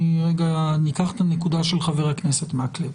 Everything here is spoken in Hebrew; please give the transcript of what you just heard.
ניקח את הנקודה שמעלה חבר הכנסת מקלב.